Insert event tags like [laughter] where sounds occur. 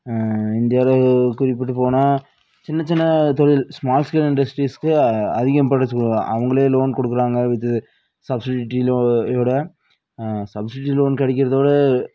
இந்தியாவில் குறிப்பிட்டு போனால் சின்னச்சின்ன தொழில் ஸ்மால் ஸ்கேல் இண்டஸ்ட்ரீஸுக்கு அதிகம் [unintelligible] அவங்களே லோன் கொடுக்குறாங்க விற்று சப்சிடிட்டி லோ இதோடு சப்சிட்டி லோன் கிடைக்கிறதோடு